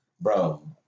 bro